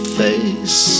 face